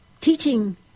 teaching